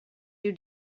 you